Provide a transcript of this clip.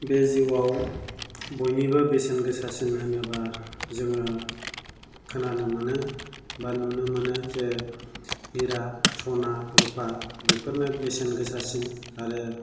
बे जिउआव बयनिबो बेसेन गोसासिन होनोब्ला जोङो खोनानो मोनो एबा नुनो मोनो जे हिरा सना रुपा बेफोरनो बेसेन गोसासिन आरो